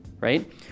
Right